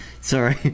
Sorry